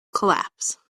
collapse